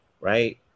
right